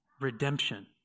redemption